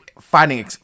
fighting